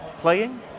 playing